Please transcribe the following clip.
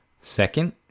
second